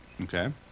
Okay